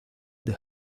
the